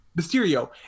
mysterio